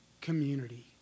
community